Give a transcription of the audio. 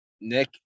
Nick